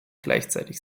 gleichzeitig